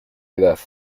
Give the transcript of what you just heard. edad